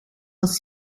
was